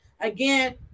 Again